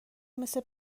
مثل